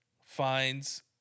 finds